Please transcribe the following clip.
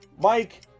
Mike